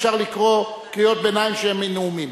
אי-אפשר לקרוא קריאות ביניים שהן נאומים.